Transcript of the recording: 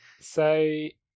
Say